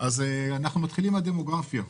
מתחילים מהדמוגרפיה.